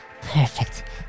perfect